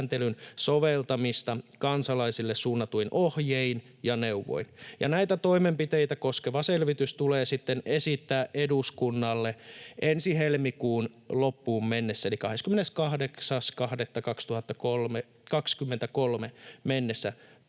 soveltamista kansalaisille suunnatuin ohjein ja neuvoin. Näitä toimenpiteitä koskeva selvitys tulee esittää eduskunnalle 28.2.2023 mennessä.”